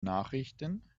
nachrichten